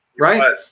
right